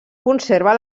conserva